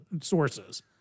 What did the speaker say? sources